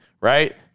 right